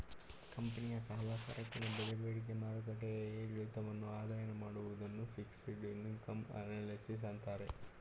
ಕಂಪನಿಯ ಸಾಲ, ಸರಕಿನ ಬೆಲೆ ಬೇಡಿಕೆ ಮಾರುಕಟ್ಟೆಯ ಏರಿಳಿತವನ್ನು ಅಧ್ಯಯನ ಮಾಡುವುದನ್ನು ಫಿಕ್ಸೆಡ್ ಇನ್ಕಮ್ ಅನಲಿಸಿಸ್ ಅಂತಾರೆ